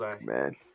man